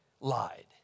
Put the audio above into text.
lied